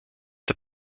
der